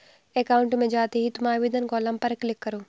account में जाते ही तुम आवेदन कॉलम पर क्लिक करो